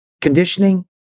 conditioning